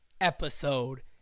episode